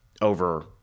over